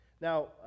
Now